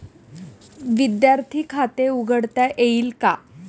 विद्यार्थी खाते उघडता येईल का?